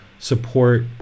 support